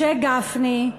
משה גפני,